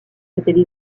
c’étaient